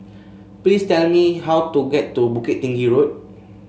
please tell me how to get to Bukit Tinggi Road